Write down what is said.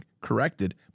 corrected